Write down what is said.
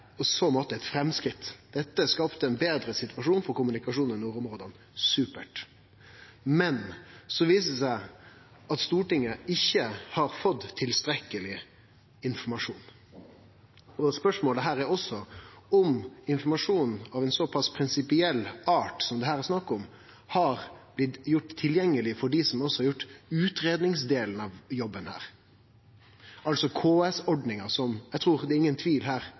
i så måte eit framsteg. Dette skapte ein betre situasjon for kommunikasjon i nordområda – supert. Men så viser det seg at Stortinget ikkje har fått tilstrekkeleg informasjon. Spørsmålet her er også om informasjon av så pass prinsipiell art som det her er snakk om, har blitt gjort tilgjengeleg for dei som også har gjort utgreiingsdelen av jobben her, altså KS-ordninga. Og det er ingen tvil